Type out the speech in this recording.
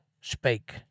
spake